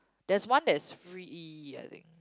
there's one that is free I think